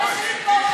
תקנא.